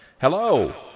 Hello